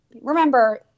remember